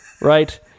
right